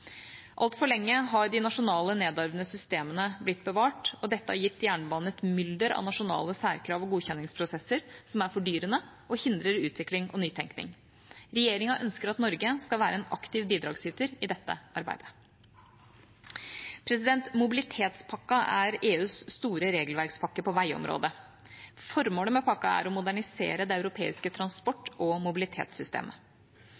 Altfor lenge har de nasjonale nedarvede systemene blitt bevart, og dette har gitt jernbanen et mylder av nasjonale særkrav og godkjenningsprosesser som er fordyrende og hindrer utvikling og nytenkning. Regjeringa ønsker at Norge skal være en aktiv bidragsyter i dette arbeidet. Mobilitetspakken er EUs store regelverkspakke på veiområdet. Formålet med pakken er å modernisere det europeiske